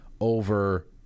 over